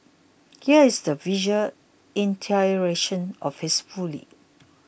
here is the visual iteration of his folly